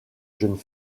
jeunes